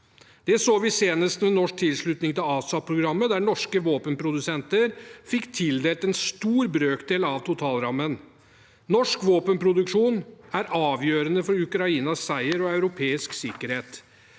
Det så vi senest ved norsk tilslutning til ASAPprogrammet, der norske våpenprodusenter fikk tildelt en stor brøkdel av totalrammen. Norsk våpenproduksjon er avgjørende for Ukrainas seier og europeisk sikkerhet.